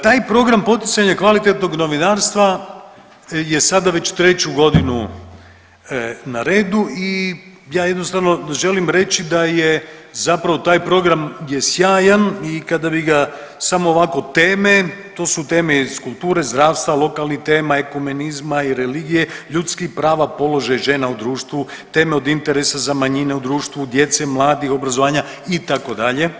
Taj program poticanja kvalitetnog novinarstva je sada već treću godinu na redu i ja jednostavno želim reći da je zapravo taj program je sjajan i kada bi ga samo ovako teme, to su teme iz kulture, zdravstva, lokalnih tema, ekumenizma i religije, ljudskih prava, položaj žena u društvu, teme od interesa za manjine u društvu, djece, mladih, obrazovanja itd.